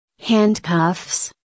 Handcuffs